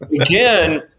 Again